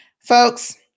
Folks